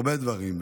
הרבה דברים,